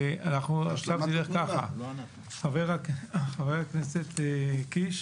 עכשיו זה יתנהל כך, חבר הכנסת קיש.